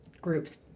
group's